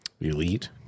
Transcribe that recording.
Elite